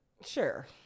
Sure